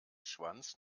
schwanz